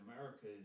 America